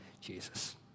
Jesus